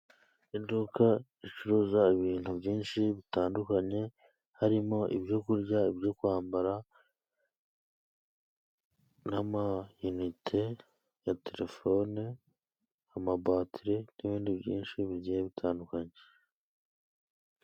Iduka ricuruza ibintu byinshi bitandukanye harimo ibyo kurya, ibyo kwambara, n'amainite ya telefone, amabateri, n'ibindi byinshi bigiye bitandukanye.